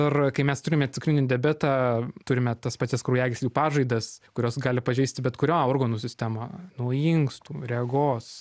ir kai mes turime cukrinį diabetą turime tas pačias kraujagyslių pažaidas kurios gali pažeisti bet kurio organų sistemą nuo inkstų regos